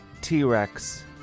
T-Rex